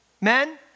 Men